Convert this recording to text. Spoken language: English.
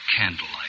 candlelight